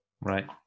Right